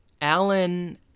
Alan